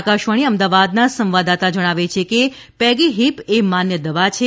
આકાશવાણી અમદાવાદના સંવાદદાતા જણાવે છે કે પેગીહીપ એ માન્ય દવા છે